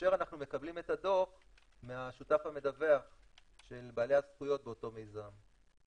כאשר אנחנו מקבלים את הדוח מהשותף המדווח של בעלי הזכויות באותו מיזם.